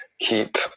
keep